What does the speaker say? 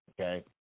Okay